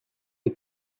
est